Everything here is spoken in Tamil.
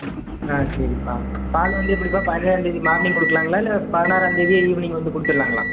ம் ஆ சரிப்பா பால் வந்து எப்படிப்பா பதினேழாந்தேதி மார்னிங் கொடுக்கலாங்களா இல்லை பதினாறாந்தேதியே ஈவ்னிங் வந்து கொடுத்தர்லாங்களா